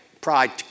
pride